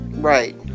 Right